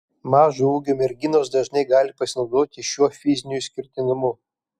mažo ūgio merginos dažnai gali pasinaudoti šiuo fiziniu išskirtinumu